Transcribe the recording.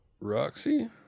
Roxy